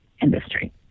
industry